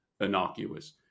innocuous